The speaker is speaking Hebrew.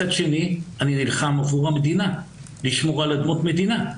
מצד שני אני נלחם עבור המדינה לשמור על אדמות מדינה,